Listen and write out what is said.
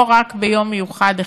לא רק ביום מיוחד אחד.